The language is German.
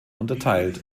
unterteilt